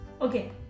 Okay